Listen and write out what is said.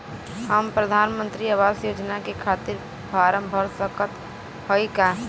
हम प्रधान मंत्री आवास योजना के खातिर फारम भर सकत हयी का?